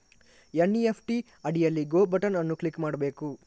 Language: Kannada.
ಎನ್.ಇ.ಎಫ್.ಟಿ ಅಡಿಯಲ್ಲಿ ಗೋ ಬಟನ್ ಅನ್ನು ಕ್ಲಿಕ್ ಮಾಡಬೇಕು